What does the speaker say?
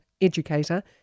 educator